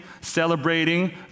celebrating